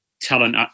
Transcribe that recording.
talent